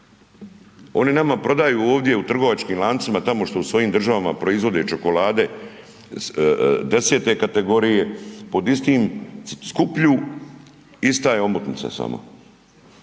Oni nama prodaju ovdje u trgovačkim lancima tamo što su svojim državama proizvode čokolade 10 kategorije pod istim, skuplju, ista je omotnica samo.